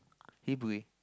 he